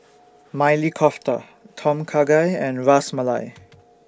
Maili Kofta Tom Kha Gai and Ras Malai